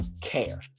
care